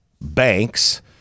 banks